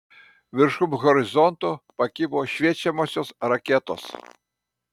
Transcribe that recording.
viršum horizonto pakibo šviečiamosios raketos